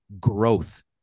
growth